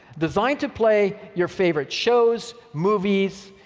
designed to play your favorite shows, movies,